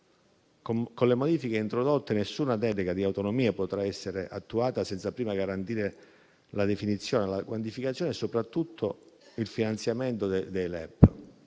Con le modifiche introdotte, nessuna delega di autonomia potrà essere attuata senza prima garantire la definizione, la quantificazione e soprattutto il finanziamento dei LEP,